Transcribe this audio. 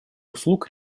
услуг